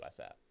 WhatsApp